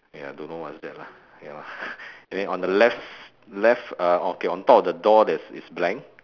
ya don't know what's that lah ya lah and then on the left left err okay on top of the door there's is blank